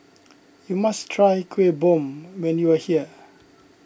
you must try Kuih Bom when you are here